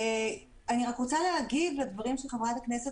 אני רוצה להגיב לדברים של חברת הכנסת